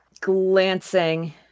glancing